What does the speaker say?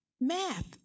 math